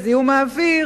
האוויר,